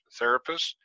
therapists